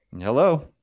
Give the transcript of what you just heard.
Hello